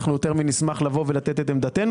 אנחנו יותר מאשר נשמח לבוא ולתת את עמדתנו